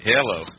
Hello